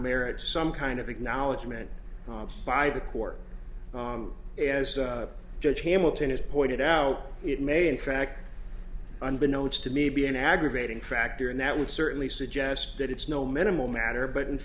merit some kind of acknowledgment by the court as judge hamilton has pointed out it may in fact unbeknownst to me be an aggravating factor and that would certainly suggest that it's no minimal matter but in